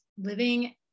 living